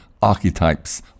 archetypes